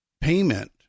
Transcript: payment